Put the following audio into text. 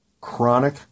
chronic